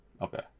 Okay